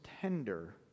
tender